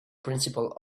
principle